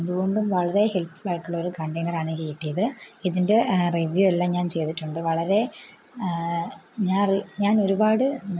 എന്തുകൊണ്ടും വളരെ ഹെൽപ്പ്ഫുള്ള് ആയിട്ടുള്ള ഒരു കണ്ടെയ്നർ ആണ് എനിക്ക് കിട്ടിയത് ഇതിൻ്റെ റിവ്യൂ എല്ലാം ഞാൻ ചെയ്തിട്ടുണ്ട് വളരെ ഞാൻ ഞാൻ ഒരുപാട്